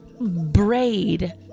braid